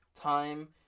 time